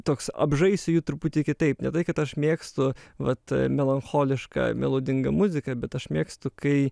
toks apžaisiu jį truputį kitaip ne tai kad aš mėgstu vat melancholišką melodingą muziką bet aš mėgstu kai